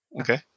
Okay